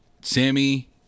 Sammy